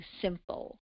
simple